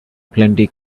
plenty